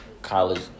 college